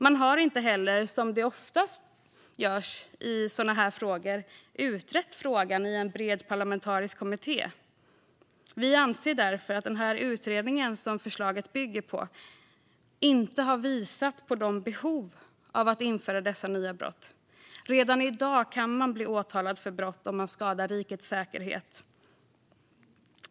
Man har inte heller, som oftast görs i sådana här frågor, utrett frågan i en bred parlamentarisk kommitté. Vi anser därför att den utredning som förslaget bygger på inte har visat på något behov av att införa dessa nya brott. Redan i dag kan man bli åtalad för brott om man skadar rikets säkerhet.